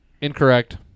incorrect